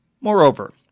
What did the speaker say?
Moreover